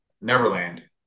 Neverland